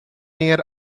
near